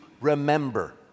remember